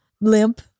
limp